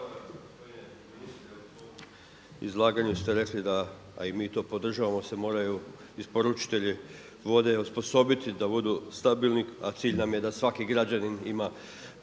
izlaganju ste rekli da a i mi to podržavamo se moraju isporučitelji vode osposobiti da budu stabilni a cilj nam je da svaki građanin ima